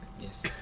Yes